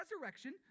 resurrection